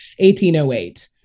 1808